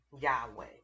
yahweh